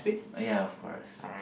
uh ya of course